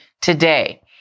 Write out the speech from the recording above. today